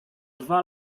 dwa